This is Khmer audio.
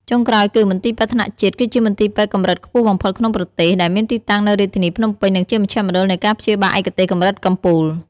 ចុងក្រោយគឺ មន្ទីរពេទ្យថ្នាក់ជាតិ គឺជាមន្ទីរពេទ្យកម្រិតខ្ពស់បំផុតក្នុងប្រទេស ដែលមានទីតាំងនៅរាជធានីភ្នំពេញ និងជាមជ្ឈមណ្ឌលនៃការព្យាបាលឯកទេសកម្រិតកំពូល។